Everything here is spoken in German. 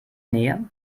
nähe